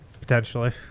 potentially